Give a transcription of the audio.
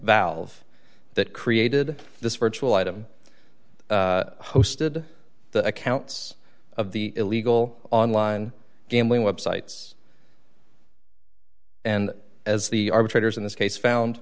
valve that created this virtual item hosted the accounts of the illegal online gambling websites and as the arbitrators in this case found